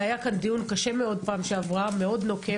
זה היה כאן דיון קשה מאוד ומאוד נוקב.